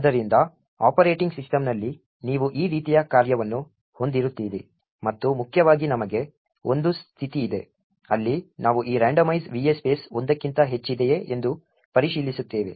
ಆದ್ದರಿಂದ ಆಪರೇಟಿಂಗ್ ಸಿಸ್ಟಂನಲ್ಲಿ ನೀವು ಈ ರೀತಿಯ ಕಾರ್ಯವನ್ನು ಹೊಂದಿರುತ್ತೀರಿ ಮತ್ತು ಮುಖ್ಯವಾಗಿ ನಮಗೆ ಒಂದು ಸ್ಥಿತಿಯಿದೆ ಅಲ್ಲಿ ನಾವು ಈ randomize va space ಒಂದಕ್ಕಿಂತ ಹೆಚ್ಚಿದೆಯೇ ಎಂದು ಪರಿಶೀಲಿಸುತ್ತೇವೆ